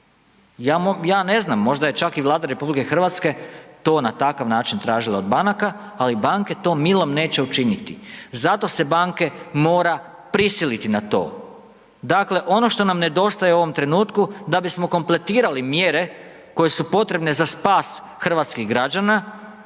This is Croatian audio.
Ja ne znam, možda je čak i Vlada RH to na takav način tražila od banaka, ali banke to milom neće učiniti. Zato se banke mora prisiliti na to. Dakle, ono što nam nedostaje u ovom trenutku da bismo kompletirali mjere koje su potrebne za spas hrvatskih građana,